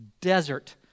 desert